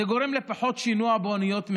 זה גורם לפחות שינוע באוניות מזהמות,